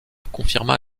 confirma